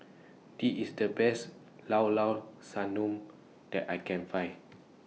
This IS The Best Llao Llao Sanum that I Can Find